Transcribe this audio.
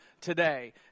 today